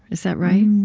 is that right?